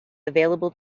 available